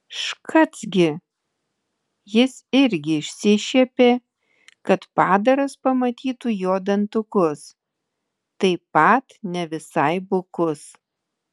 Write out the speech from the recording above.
škac gi jis irgi išsišiepė kad padaras pamatytų jo dantukus taip pat ne visai bukus